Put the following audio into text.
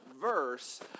verse